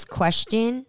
question